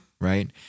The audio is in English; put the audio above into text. right